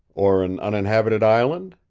or an uninhabited island?